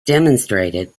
demonstrated